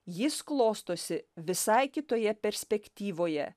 jis klostosi visai kitoje perspektyvoje